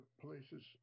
places